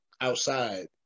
outside